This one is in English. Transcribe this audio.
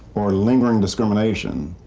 or lingering discrimination?